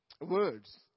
words